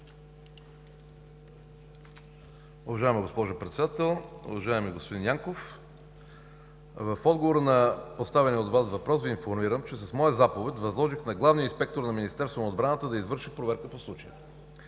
Уважаема госпожо Председател! Уважаеми господин Янков, в отговор на поставения от Вас въпрос Ви информирам, че с моя заповед възложих на главния инспектор на Министерството на отбраната да извърши проверка по случая.